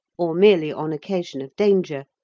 or merely on occasion of danger,